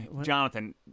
Jonathan